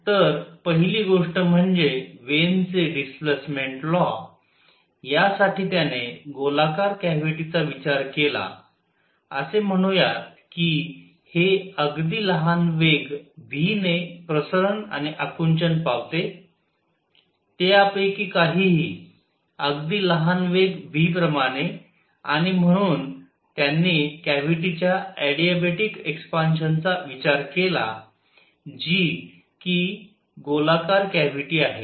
तर पहिली गोष्ट म्हणजे वेन चे डिस्प्लेसमेंट लॉ यासाठी त्याने गोलाकार कॅव्हिटी चा विचार केला असे म्हणूयात कि हे अगदी लहान वेग v ने प्रसरण आणि आकुंचन पावते ते यापैकी काहीही अगदी लहान वेग v प्रमाणे आणि म्हणून त्यांनी कॅव्हिटीच्या अॅडिबॅटीक एक्सपान्शन चा विचार केला जी कि गोलाकार कॅव्हिटी आहे